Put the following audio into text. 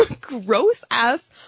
Gross-ass